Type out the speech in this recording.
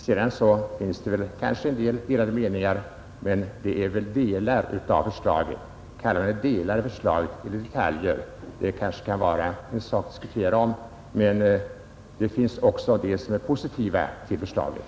Sedan råder det kanske delade meningar om vissa delar av förslaget, som kan bli föremål för diskussion. Men det finns också de som är positiva till förslaget.